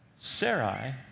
Sarai